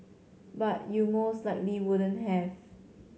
but you most likely wouldn't have